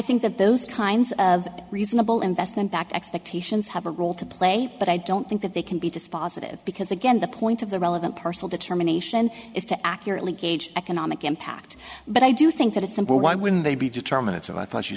think that those kinds of reasonable investment back expectations have a role to play but i don't think that they can be dispositive because again the point of the relevant parcel determination is to accurately gauge economic impact but i do think that it's simple why wouldn't they be determinative i thought you